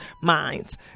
minds